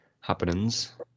happenings